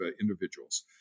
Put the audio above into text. individuals